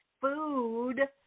food